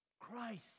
Christ